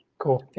cool.